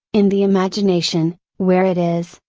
in the imagination, where it is,